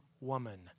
woman